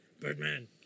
Birdman